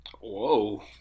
Whoa